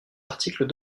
articles